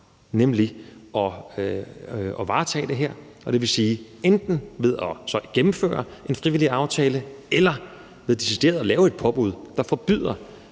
nemlig at varetage det her, og det vil så enten sige ved at gennemføre en frivillig aftale eller ved decideret at lave et påbud, der forbyder